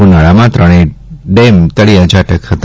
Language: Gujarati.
ઉનાળામાં ત્રણેય ડેમ તળિયા ઝાટક થયા હતા